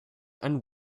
and